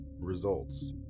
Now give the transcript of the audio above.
Results